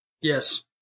Yes